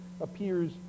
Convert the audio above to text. appears